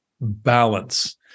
balance